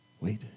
Wait